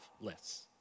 lists